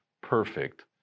perfect